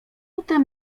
potem